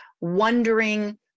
wondering